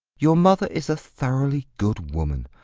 your mother is a thoroughly good woman.